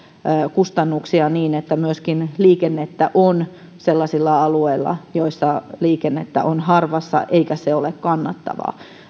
kustannuksia niin että liikennettä on myöskin sellaisilla alueilla joilla liikennettä on harvassa eikä se ole kannattavaa